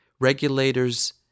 regulators